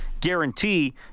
guarantee